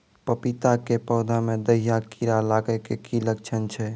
पपीता के पौधा मे दहिया कीड़ा लागे के की लक्छण छै?